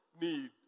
need